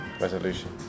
Resolution